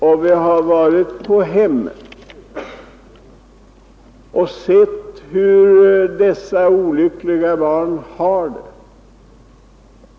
Vi har varit på hemmen och sett hur dessa olyckliga barn har det.